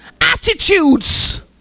Attitudes